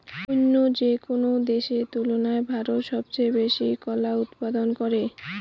অইন্য যেকোনো দেশের তুলনায় ভারত সবচেয়ে বেশি কলা উৎপাদন করে